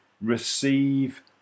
receive